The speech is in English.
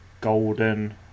golden